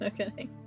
okay